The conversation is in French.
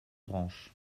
branches